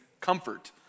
comfort